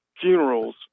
funerals